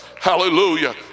Hallelujah